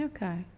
Okay